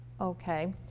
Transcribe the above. Okay